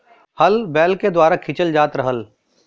हल बैल के द्वारा खिंचल जात रहल